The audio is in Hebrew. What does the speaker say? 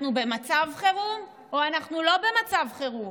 אנחנו במצב חירום או אנחנו לא במצב חירום?